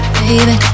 baby